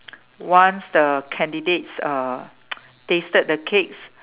once the candidates uh tasted the cakes